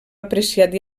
apreciat